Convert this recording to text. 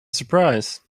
surprise